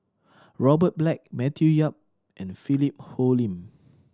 Robert Black Matthew Yap and Philip Hoalim